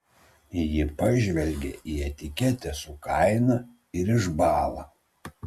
ji pažvelgia į etiketę su kaina ir išbąla